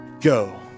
go